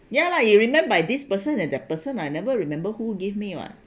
ya lah you remember this person and that person I never remember who give me what